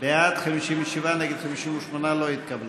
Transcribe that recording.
בעד 57, נגד 58. לא התקבלה.